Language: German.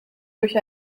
durch